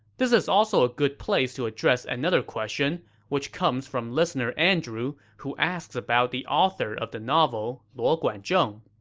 this is also a good place to address another question, which comes from listener andrew, who asks about the author of the novel, luo guanzhong.